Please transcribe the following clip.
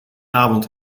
avond